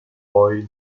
boy